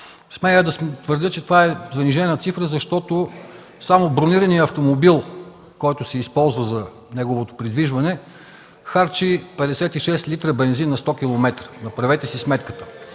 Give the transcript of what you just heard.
Смея да твърдя, че това е занижена цифра, защото само бронираният автомобил, който се използва за неговото придвижване, харчи 56 литра бензин на 100 километра. Направете си сметката!